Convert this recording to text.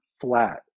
flat